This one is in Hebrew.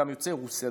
גם יוצאי רוסיה,